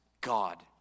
God